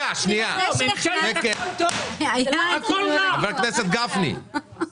כבר אצלכם זה לא היה צריך לקרות, לא אצלנו.